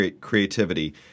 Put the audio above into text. creativity